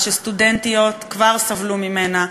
וסטודנטיות כבר סבלו ממנה,